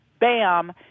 bam